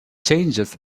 changes